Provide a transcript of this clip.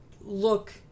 look